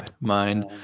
mind